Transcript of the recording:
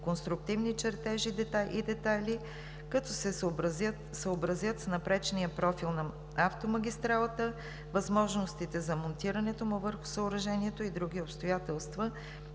конструктивни чертежи и детайли, като се съобразят с напречния профил на автомагистралата, възможностите за монтирането му върху съоръжението и други обстоятелства,